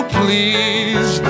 please